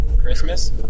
Christmas